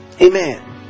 Amen